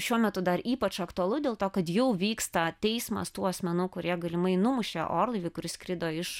šiuo metu dar ypač aktualu dėl to kad jau vyksta teismas tų asmenų kurie galimai numušė orlaivį kuris skrido iš